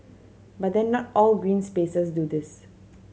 but then not all green spaces do this